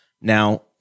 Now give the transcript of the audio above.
Now